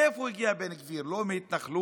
מאיפה הגיע בן גביר, לא מהתנחלות?